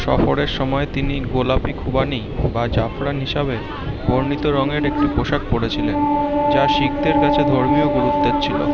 সফরের সময় তিনি গোলাপি খুবানি বা জাফরান হিসাবে বর্ণিত রঙের একটি পোশাক পরেছিলেন যা শিখদের কাছে ধর্মীয় গুরুত্বের ছিল